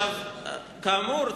כאמור,